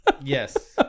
Yes